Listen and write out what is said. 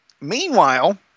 Meanwhile